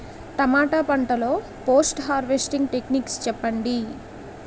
టమాటా పంట లొ post harvesting techniques చెప్పండి?